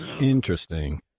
Interesting